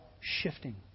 Shifting